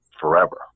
forever